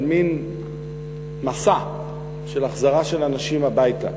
על מין מסע של החזרה של אנשים הביתה.